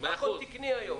הכול תקני היום.